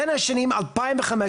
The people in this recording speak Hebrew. בין השנים 2015-2020,